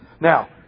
Now